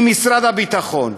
עם משרד הביטחון,